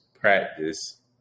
practice